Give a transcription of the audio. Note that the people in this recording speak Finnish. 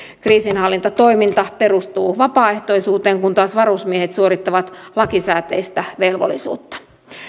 kriisinhallintatoiminta perustuu vapaaehtoisuuteen kun taas varusmiehet suorittavat lakisääteistä velvollisuutta